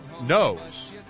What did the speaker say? knows